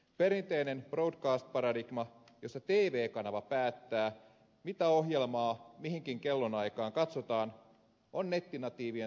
perinteinen broadcast paradigma jossa tv kanava päättää mitä ohjelmaa mihinkin kellonaikaan katsotaan on nettinatiivien sukupolvelle vieras